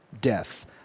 Death